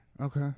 Okay